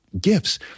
gifts